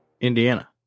Indiana